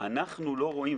אנחנו לא רואים,